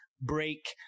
Break